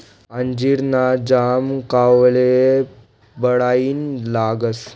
अंजीर ना जाम खावाले बढाईना लागस